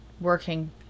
working